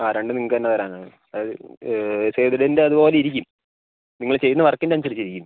ആ രണ്ടും നിങ്ങൾക്കുതന്നെ തരാനാണ് അത് സേവ് ദ ഡേറ്റിൻ്റെ അതുപോല ഇരിക്കും നിങ്ങൾ ചെയ്യുന്ന വർക്കിന് അനുസരിച്ച് ഇരിക്കും